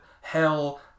hell